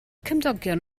cymdogion